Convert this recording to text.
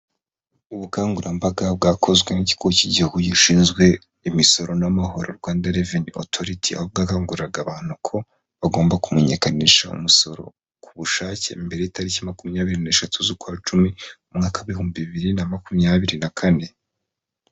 Ubukangurambaga bwakozwe n'ikigo cy'igihugu gishinzwe imisoro n'amahoro Rwanda Revenue Authority, aho bwakanguriraraga abantu ko bagomba kumenyekanisha umusoro ku bushake, mbere y'itariki makumyabiri n'eshatu z'ukwa cumi, umwaka w'ibihumbi bibiri na makumyabiri na kane.